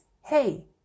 hey